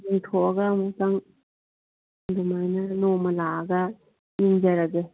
ꯌꯦꯡꯊꯣꯛꯑꯒ ꯑꯃꯨꯛꯇꯪ ꯑꯗꯨꯃꯥꯏꯅ ꯅꯣꯡꯃ ꯂꯥꯛꯑꯒ ꯌꯦꯡꯖꯔꯒꯦ